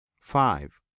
five